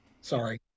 Sorry